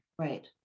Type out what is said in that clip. Right